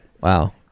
Wow